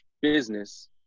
business